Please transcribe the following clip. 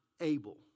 able